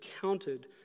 counted